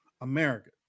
America